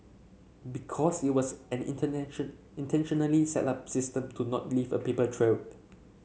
because it was an intentionally set up system to not leave a paper trailed